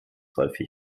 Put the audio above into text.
häufig